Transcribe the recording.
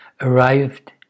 arrived